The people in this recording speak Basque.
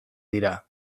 dira